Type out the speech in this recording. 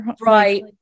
Right